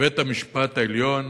בבית-המשפט העליון